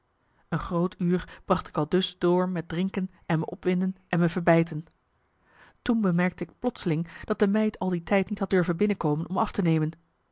een groot uur bracht ik aldus door met drinken en me opwinden en me verbijten toen bemerkte ik plotseling dat de meid al die tijd niet had durven binnenkomen om af te nemen